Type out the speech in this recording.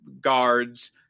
guards